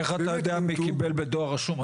איך אתה יודע מי קיבל בדואר רשום?